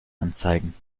anzeigen